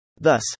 Thus